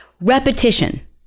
Repetition